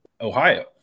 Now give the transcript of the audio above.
Ohio